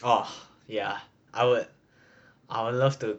oh yeah I would I would love to